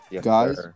guys